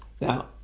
Now